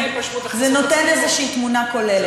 זה נותן איזו תמונה כוללת.